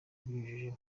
abinyujije